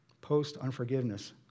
Post-unforgiveness